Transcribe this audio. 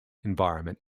environment